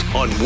on